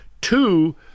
two